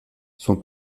son